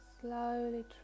slowly